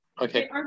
Okay